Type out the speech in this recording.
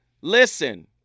Listen